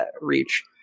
Reach